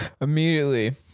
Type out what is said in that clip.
Immediately